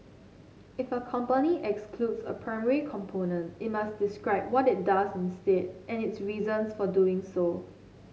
if a company excludes a primary component it must describe what it does instead and its reasons for doing so